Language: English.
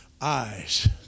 eyes